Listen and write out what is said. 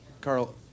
Carl